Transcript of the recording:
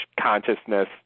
consciousness